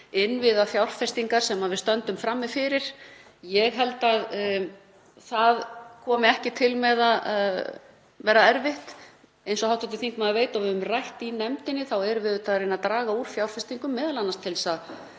innviðafjárfestingar sem við stöndum frammi fyrir. Ég held að það komi ekki til með að verða erfitt. Eins og hv. þingmaður veit og við höfum rætt í nefndinni erum við auðvitað að reyna að draga úr fjárfestingum, m.a. til þess að